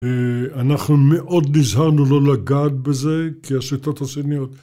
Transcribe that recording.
אנחנו מאוד נזהרנו לא לגעת בזה, כי השיטות השניות...